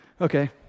okay